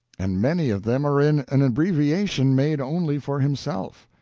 and many of them are in an abbreviation made only for himself.